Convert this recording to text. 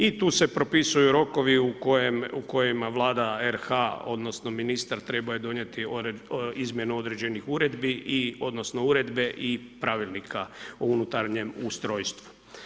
I tu se propisuju rokovi u kojima Vlada RH, odnosno, ministar trebao donijeti izmjenu određenih uredbi, odnosno, uredbe i pravilnika o unutarnjem ustrojstvu.